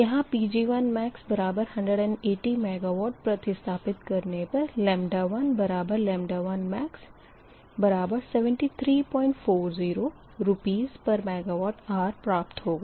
यहाँ Pg1max180 MW प्रतिस्थापित करने पर 1 1max7340 RsMWhr प्राप्त होगा